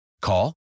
Call